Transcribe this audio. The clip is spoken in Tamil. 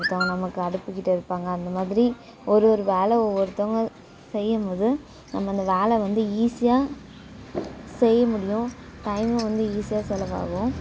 ஒருத்தவங்க நமக்கு அடுப்புகிட்ட இருப்பாங்க அந்த மாதிரி ஒரு ஒரு வேலை ஒவ்வொருத்தவங்க செய்யும் போது நம்ம அந்த வேலை வந்து ஈசியாக செய்ய முடியும் டைமும் வந்து ஈசியாக செலவாகும்